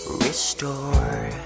restore